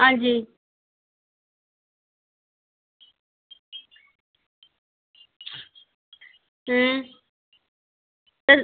हां जी हां